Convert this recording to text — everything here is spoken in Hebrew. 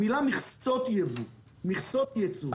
המילה מכסות ייבוא או מכסות ייצוא.